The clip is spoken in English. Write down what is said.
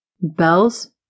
Bells